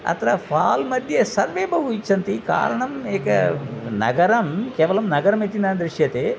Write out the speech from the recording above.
अत्र फ़ाल्मध्ये सर्वे बहु इच्छन्ति कारणम् एकं नगरं केवलं नगरम् इति न दृश्यते